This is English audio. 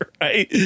Right